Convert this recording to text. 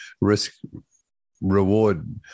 risk-reward